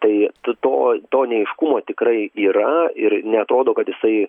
tai tu to to neaiškumo tikrai yra ir neatrodo kad jisai